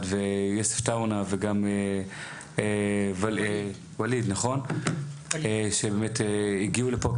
ויוסף עטאונה וגם ואליד שבאמת הגיעו לפה,